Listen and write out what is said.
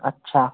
अच्छा